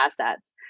assets